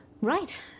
Right